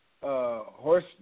horse